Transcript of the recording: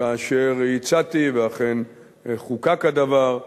כאשר הצעתי, ואכן חוקק הדבר,